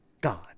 God